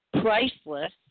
priceless